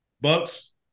Bucks